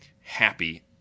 happy